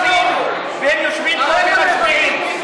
והם יושבים ומצביעים,